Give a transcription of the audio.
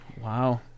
wow